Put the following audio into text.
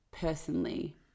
personally